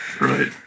right